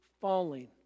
falling